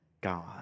God